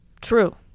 true